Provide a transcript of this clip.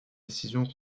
décision